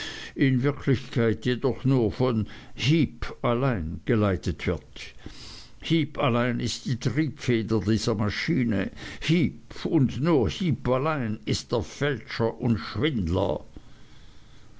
in wirklichkeit jedoch nur von heep allein geleitet wird heep allein ist die triebfeder dieser maschine heep und nur heep allein ist der fälscher und schwindler